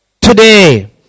Today